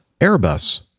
Airbus